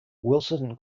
wilson